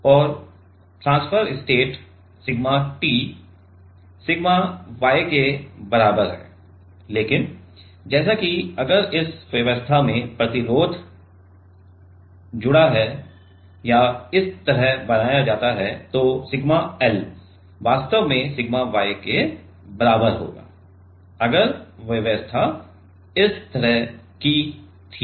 और transfer state sigma T sigma y के बराबर है लेकिन जैसे कि अगर इस व्यवस्था में प्रतिरोध जोड़ा हुआ या इस तरह बनाया जाता तो सिग्मा L वास्तव में सिग्मा y के बराबर होगा अगर व्यवस्था इस तरह थी